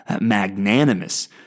magnanimous